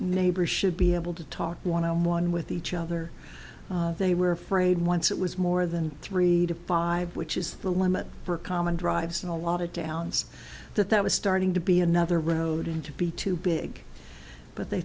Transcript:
neighbors should be able to talk one on one with each other they were afraid once it was more than three to five which is the limit for common drives and a lot of downs that that was starting to be another road in to be too big but they